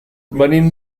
venim